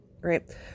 right